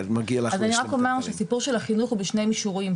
הסיפור של החינוך הוא בשני מישורים.